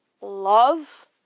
love